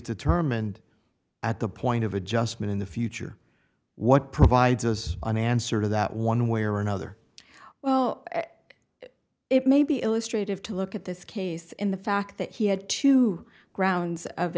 determined at the point of adjustment in the future what provides as an answer to that one way or another well it may be illustrated to look at this case in the fact that he had two grounds of